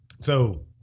So-